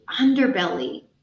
underbelly